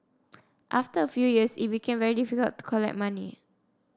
after a few years it became very difficult to collect money